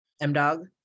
M-Dog